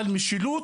אבל משילות,